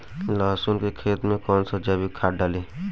लहसुन के खेत कौन सा जैविक खाद डाली?